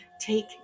Take